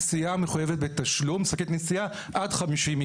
צריך להיות: כל שקית נשיאה ולא עד 50 מיקרון.